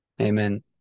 Amen